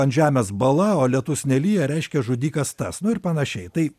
ant žemės bala o lietus nelyja reiškia žudikas tas nu ir panašiai tai